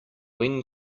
when